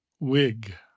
wig